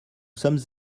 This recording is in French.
sommes